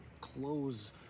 close